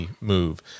move